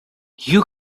you